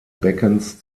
beckens